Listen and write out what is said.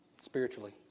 spiritually